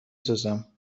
سوزم